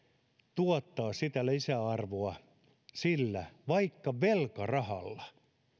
tuottaa sitä lisäarvoa vaikka sillä velkarahalla